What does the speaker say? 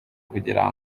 kugira